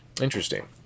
Interesting